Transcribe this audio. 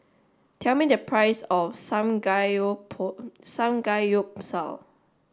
tell me the price of Samgyeopsal